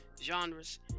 genres